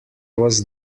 was